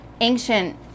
ancient